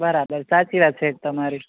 બરાબર સાચી વાત છે તમારી